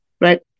Right